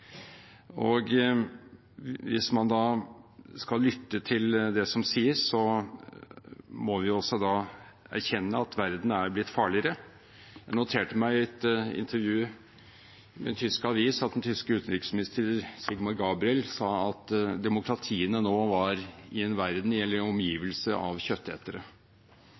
og hvis man skal lytte til det som sies, må vi erkjenne at verden er blitt farligere. Jeg noterte meg at den tyske utenriksministeren Sigmar Gabriel i et intervju i en tysk avis sa at demokratiene nå var i en omgivelse av kjøttetere.